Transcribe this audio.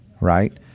right